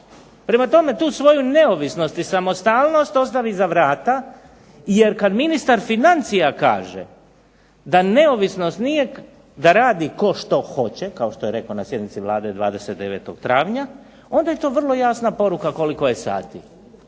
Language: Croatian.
Prema tome, tu svoju neovisnost i samostalnost ostavi iza vrata jer kada ministar financija kaže da neovisnost nije da radi tko što hoće, kao što je rekao na sjednici Vlade 29. travnja onda je to vrlo jasna poruka koliko je sati.